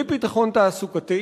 בלי ביטחון תעסוקתי,